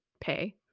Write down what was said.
pay